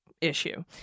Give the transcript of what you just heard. issue